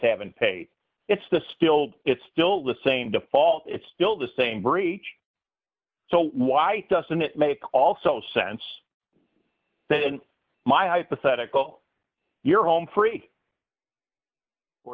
haven't paid it's the still it's still the same default it's still the same breach so why doesn't it make also sense that in my hypothetical you're home